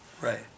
right